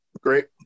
great